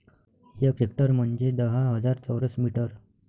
एक हेक्टर म्हंजे दहा हजार चौरस मीटर